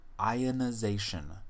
ionization